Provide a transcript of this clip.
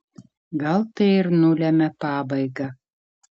gal tai ir nulemia pabaigą